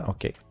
Okay